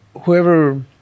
whoever